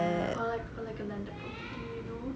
ya or like or like a like a landed property you know